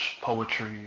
poetry